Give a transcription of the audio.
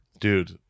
dude